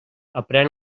aprén